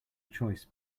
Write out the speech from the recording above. choice